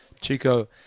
Chico